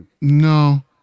No